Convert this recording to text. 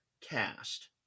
cast